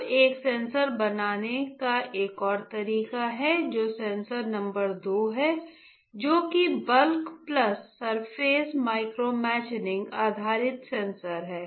अब एक सेंसर बनाने का एक और तरीका है जो सेंसर नंबर दो है जो कि बल्क प्लस सरफेस माइक्रोमैचिनिंग आधारित सेंसर है